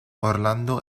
orlando